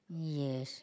yes